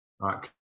right